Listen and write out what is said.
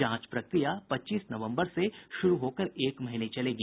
जांच प्रक्रिया पच्चीस नवम्बर से शुरू होकर एक महीने चलेगी